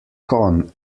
kon